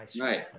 Right